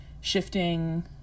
shifting